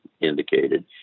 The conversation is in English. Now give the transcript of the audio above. indicated